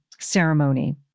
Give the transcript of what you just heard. ceremony